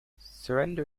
surrender